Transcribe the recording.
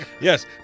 Yes